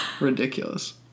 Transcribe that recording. Ridiculous